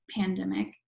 pandemic